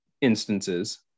instances